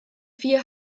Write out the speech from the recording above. vier